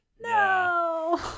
no